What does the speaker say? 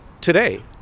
today